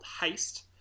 Heist